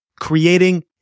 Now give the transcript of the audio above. creating